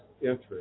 interest